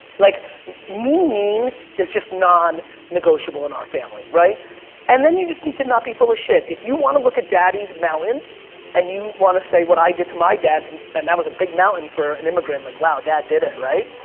like mean mean is just non negotiable in our family. and then you just need to not be full of shit. if you want to look at daddy's melon and you want to say what i did to my dad's and that was a big mountain for an immigrant like wow, dad did it right?